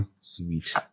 Sweet